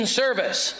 service